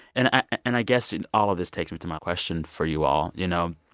and and i guess and all of this takes me to my question for you all you know,